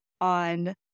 on